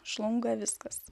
žlunga viskas